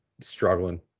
struggling